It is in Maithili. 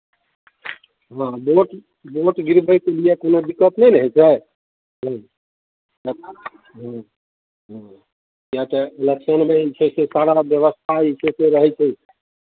हँ भोट भोट गिरबैके लिए कोनो दिक्कत नहि ने होइ छै ह्म्म ह्म्म किएक तऽ इलेक्शनमे जे छै से सारा व्यवस्था जे छै से रहै छै